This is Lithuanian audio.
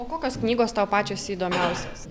o kokios knygos tau pačios įdomiausios